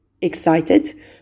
excited